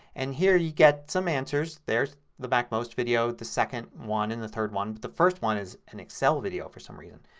and here you get some answers. there's the macmost video, the second one and the third one. but the first one is an excel video for some reason.